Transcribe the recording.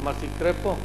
יקרה פה,